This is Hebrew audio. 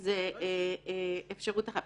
זו אפשרות אחת.